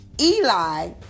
Eli